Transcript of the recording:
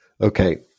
Okay